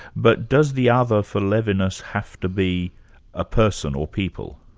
but does the other for levinas have to be a person, or people?